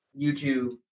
YouTube